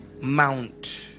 Mount